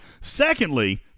Secondly